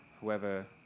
whoever